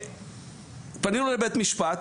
פנינו לבית משפט.